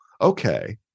okay